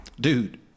Dude